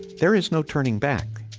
there is no turning back